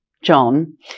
John